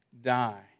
die